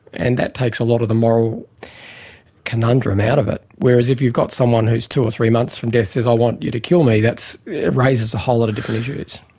and that takes a lot of the moral conundrum out of it. whereas if you've got someone who's two or three months from death says i want you to kill me, that raises a whole lot of different issues.